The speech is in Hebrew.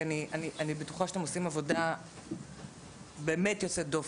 כי אני בטוחה שאתם עושים עבודה יוצאת דופן.